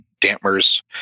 dampers